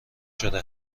شده